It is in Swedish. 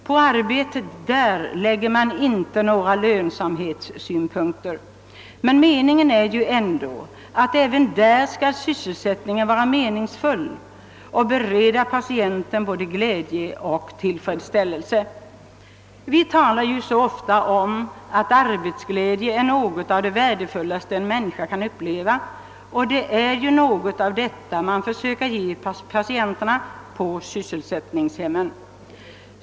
På arbetet läggs i detta fall inte några lönsamhetssynpunkter, men meningen är ju ändå att sysselsättningen även här skall vara meningsfull och bereda patienten både glädje och tillfredsställelse. Vi talar så ofta om att arbetsglädje är något av det värdefullaste en människa kan uppleva, och det är ju något av detta man försöker ge patienterna på sysselsättningshemmen.